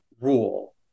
rule